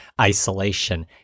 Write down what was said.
isolation